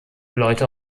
leute